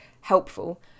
helpful